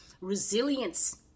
Resilience